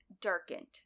darkened